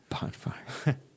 Bonfire